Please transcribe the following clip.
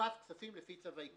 שתפס כספים לפי צו העיקול.